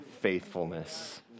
faithfulness